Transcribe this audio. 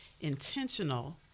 intentional